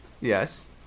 Yes